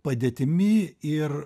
padėtimi ir